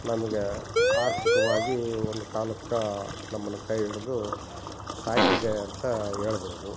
ನಮಗೆ ಆರ್ಥಿಕವಾಗಿ ಒಂದು ಕಾಲಕ್ಕೆ ನಮನ್ನ ಕೈ ಹಿಡಿದು ಸಾಕಿದೆ ಅಂತ ಹೇಳ್ಬೌದು